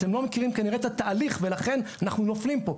אתם כנראה לא מכירים את התהליך ולכן אנחנו נופלים פה.